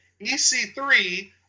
EC3